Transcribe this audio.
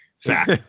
Fact